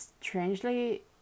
Strangely